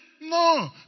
No